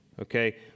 Okay